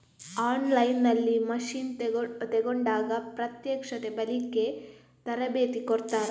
On line ನಲ್ಲಿ machine ತೆಕೋಂಡಾಗ ಪ್ರತ್ಯಕ್ಷತೆ, ಬಳಿಕೆ, ತರಬೇತಿ ಕೊಡ್ತಾರ?